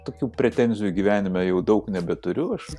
tokių pretenzijų gyvenime jau daug nebeturiu aš